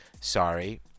Sorry